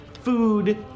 food